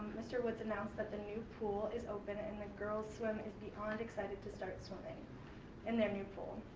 mr. woods announced that the new pool is open and the girls swim is beyond excited to start swimming in their new pool.